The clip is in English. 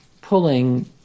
pulling